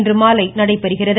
இன்றுமாலை நடைபெறுகிறது